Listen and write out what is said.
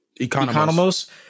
Economos